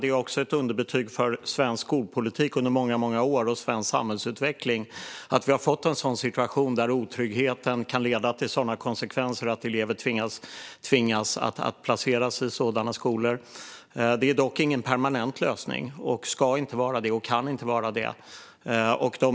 Det är också ett underbetyg för svensk skolpolitik och samhällsutveckling under många år att vi har fått en situation där otryggheten kan få sådana konsekvenser att elever kan tvingas att placeras i sådana skolor. Det är dock ingen permanent lösning. Det ska inte vara det och kan inte vara det.